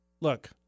Look